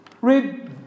Read